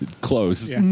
Close